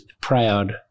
proud